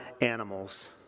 animals